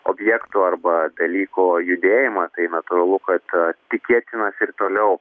objektų arba dalykų judėjimą tai natūralu kad tikėtina ir toliau